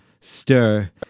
stir